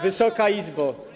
Wysoka Izbo!